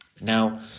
Now